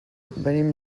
venim